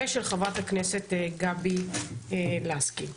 ושל חברת הכנסת גבי לסקי.